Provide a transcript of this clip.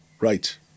Right